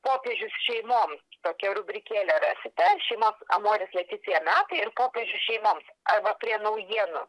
popiežius šeimom tokią rubrikėlę rasite šeimos amoris leticia metai ir popiežius šeimoms arba prie naujienų